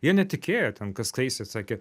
jie netikėjo ten kas taisė sakė